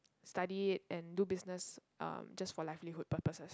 study and do business um just for livelihood purposes